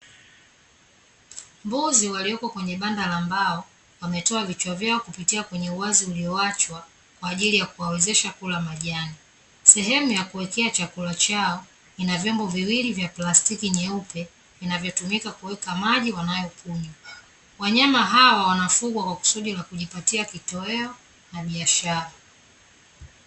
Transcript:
Mbuzi walioko kwenye banda la mbao wametoa vichwa vyao kupitia kwenye uwazi ulioachwa kwa ajili ya kuwawezesha kula majani, sehemu ya kuwekea chakula chao ina vyombo viwili vya plastiki nyeupe vinavyotumika kuweka maji wanayo kunywa, wanyama hawa wanafugwa kwa kusudio la kujipatia kitoweo na biashara.